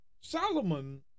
Solomon